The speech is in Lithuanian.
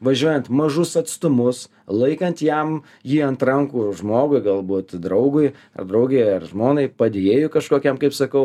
važiuojant mažus atstumus laikant jam jį ant rankų žmogui galbūt draugui ar draugei ar žmonai padėjėjui kažkokiam kaip sakau